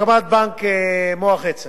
הקמת בנק מוח עצם